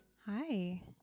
Hi